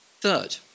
Third